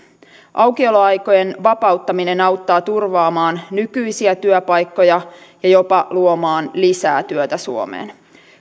aukioloaikojen vapauttaminen auttaa turvaamaan nykyisiä työpaikkoja ja jopa luomaan lisää työtä suomeen